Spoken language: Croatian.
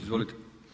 Izvolite.